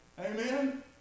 Amen